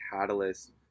catalyst